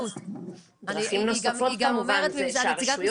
נציגת משרד הבריאות גם יודעת,